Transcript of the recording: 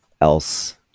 Else